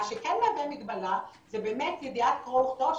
מה שכן מהווה מגבלה זה באמת ידיעת קרוא וכתוב,